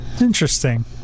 Interesting